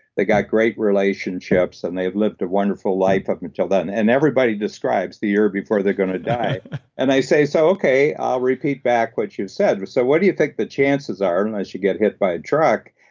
they got great relationships, and they've lived a wonderful life up until then. and everybody describes the year before they're going to die and i say, so, okay, i'll repeat back what you've said. but so what do you think the chances are unless you get hit by a truck,